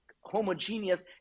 homogeneous